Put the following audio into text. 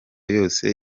yose